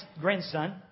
grandson